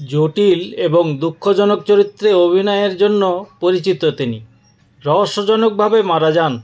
জটিল এবং দুঃখজনক চরিত্রে অভিনয়ের জন্য পরিচিত তিনি রহস্যজনকভাবে মারা যান